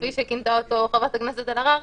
כפי שכינתה אותו חברת הכנסת אלהרר,